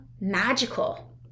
magical